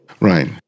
Right